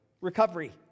Recovery